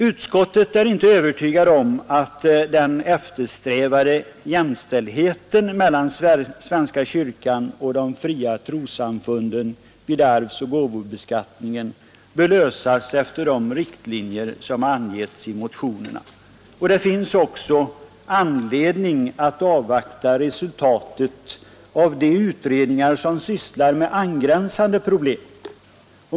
Utskottet är inte övertygat om att den eftersträvade jämställdheten mellan svenska kyrkan och de fria trossamfunden vid arvsoch gåvobeskattningen bör lösas efter de riktlinjer som angetts i motionerna. Det finns också anledning att avvakta resultatet av de utredningar som sysslar med angränsande problem.